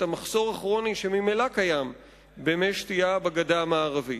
את המחסור הכרוני שממילא קיים במי שתייה בגדה המערבית.